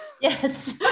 yes